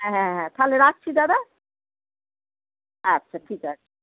তাহলে রাখছি দাদা হ্যাঁ হ্যাঁ ঠিক আছে